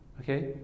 Okay